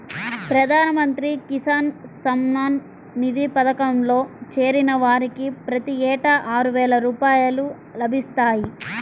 ప్రధాన మంత్రి కిసాన్ సమ్మాన్ నిధి పథకంలో చేరిన వారికి ప్రతి ఏటా ఆరువేల రూపాయలు లభిస్తాయి